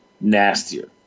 nastier